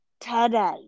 today